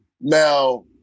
now